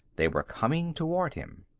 they were coming toward him.